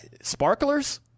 Sparklers